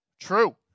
true